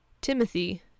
Timothy